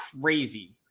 crazy